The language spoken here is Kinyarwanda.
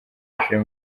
yapfiriye